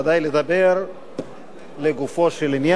ודאי לדבר לגופו של עניין.